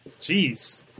Jeez